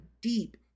deep